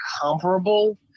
comparable